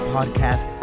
Podcast